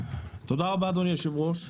תודה רבה, אדוני היושב-ראש.